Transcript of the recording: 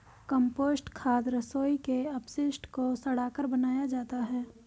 compost खाद रसोई के अपशिष्ट को सड़ाकर बनाया जाता है